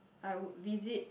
I would visit